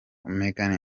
meghan